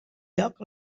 lloc